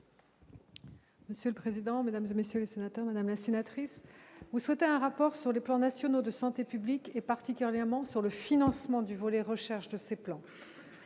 Monsieur le président, Mesdames et messieurs les sénateurs, Madame la sénatrice, vous souhaitez un rapport sur les plans nationaux de santé publique et particulièrement sur le financement du volet recherche de ces plans,